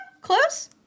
close